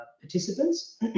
participants